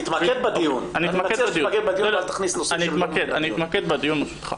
אני רוצה שתתמקד בדיון ואל תכניס נושאים שהם לא מן הדיון.